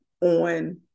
on